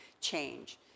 change